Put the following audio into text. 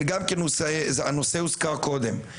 הנושא הוזכר קודם.